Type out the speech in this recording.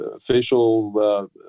facial